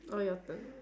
oh your turn